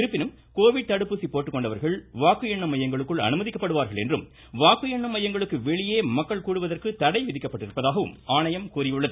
இருப்பினும் கோவிட் தடுப்பூசி போட்டுக்கொண்டவர்கள் வாக்கு எண்ணும் மையங்களுக்குள் அனுமதிக்கப்படுவார்கள் என்றும் வாக்கு எண்ணும் மையங்களுக்கு வெளியே மக்கள் கூடுவதற்கு தடை விதிக்கப்பட்டிருப்பதாகவும் ஆணையம் கூறியுள்ளது